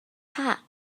hat